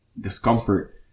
discomfort